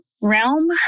realm